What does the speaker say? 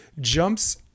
jumps